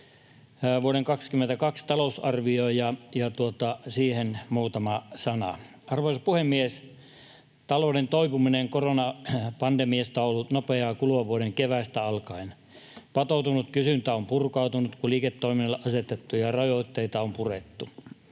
vuoden 22 talousarvio, ja siitä muutama sana. Arvoisa puhemies! Talouden toipuminen koronapandemiasta on ollut nopeaa kuluvan vuoden keväästä alkaen. Patoutunut kysyntä on purkautunut, kun liiketoiminnalle asetettuja rajoitteita on purettu.